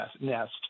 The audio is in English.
nest